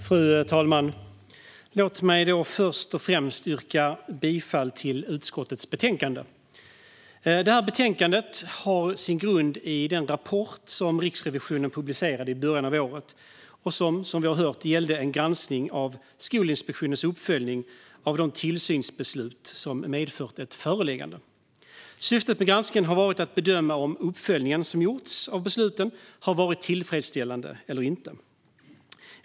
Fru talman! Låt mig först och främst yrka bifall till utskottets förslag i betänkandet. Det här betänkandet har sin grund i den rapport som Riksrevisionen publicerade i början av året och som, liksom vi har hört, gällde en granskning av Skolinspektionens uppföljning av de tillsynsbeslut som medfört ett föreläggande. Syftet med granskningen har varit att bedöma om uppföljningen av besluten har varit tillfredsställande eller inte.